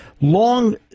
long